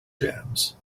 jams